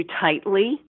tightly